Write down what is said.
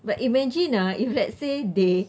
but imagine ah if let's say they